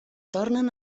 tornen